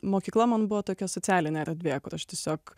mokykla man buvo tokia socialinė erdvė kur aš tiesiog